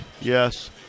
yes